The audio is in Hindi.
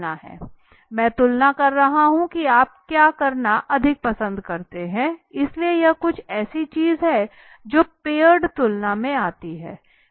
मैं तुलना कर रहा हूं कि क्या करना आप अधिक पसंद करते हैं इसलिए यह कुछ ऐसी चीज है जो पेय्ड तुलना में आती है